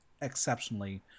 exceptionally